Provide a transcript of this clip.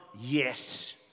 yes